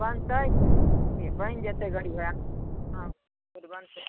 बनतै बनि जेतै गड़ी घोड़ा हँ रोड बनतै